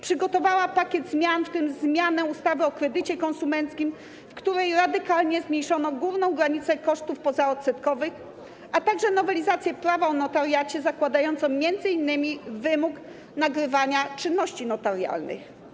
Przygotowała pakiet zmian, w tym zmianę ustawy o kredycie konsumenckim, w której radykalnie zmniejszono główną granicę kosztów pozaodsetkowych, a także nowelizację prawa o notariacie zakładającą m.in. wymóg nagrywania czynności notarialnych.